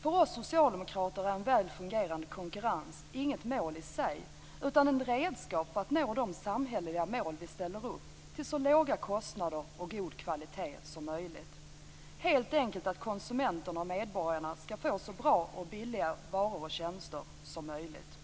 För oss socialdemokrater är en väl fungerande konkurrens inget mål i sig utan ett redskap för att nå de samhälleliga mål som vi ställer upp till så låga kostnader och så god kvalitet som möjligt - helt enkelt att konsumenterna och medborgarna skall få så bra och billiga varor och tjänster som möjligt.